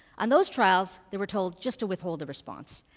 on those trials they were told just to withhold the response.